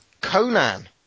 Conan